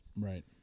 Right